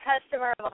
customer